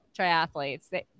triathletes